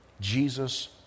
Jesus